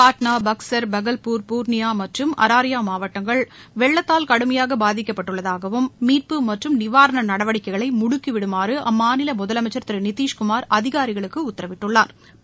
பாட்னா பக்ஸா் பகல்பூர் பூர்ணியா மற்றும் அராரியா மாவட்டங்கள் வெள்ளத்தால் கடுமையாக பாதிக்கப்பட்டுள்ளதாகவும் மீட்பு மற்றும் நிவாரண நடவடிக்கைகளை முடுக்கிவிடுமாறு அம்மாநில முதலமைச்சா் திரு நிதிஷ்குமாா் அதிகாரிகளுக்கு உத்தரவிட்டுள்ளாா்